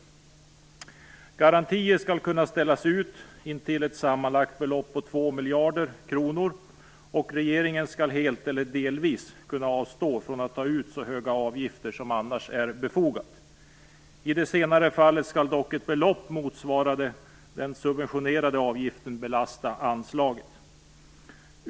Garantier skall kunna ställas ut till ett sammanlagt belopp på 2 miljarder kronor, och regeringen skall helt eller delvis kunna avstå från att ta ut så höga avgifter som annars är befogat. I det senare fallet skall dock ett belopp motsvarande den subventionerade avgiften belasta anslaget.